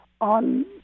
on